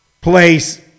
place